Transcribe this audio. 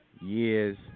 years